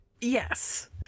Yes